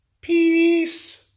peace